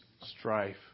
strife